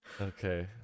Okay